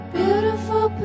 beautiful